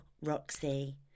Roxy